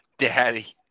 Daddy